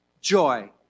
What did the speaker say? joy